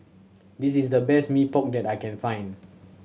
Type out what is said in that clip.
this is the best Mee Pok that I can find